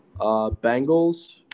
Bengals